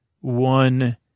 one